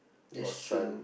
that's true